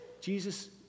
Jesus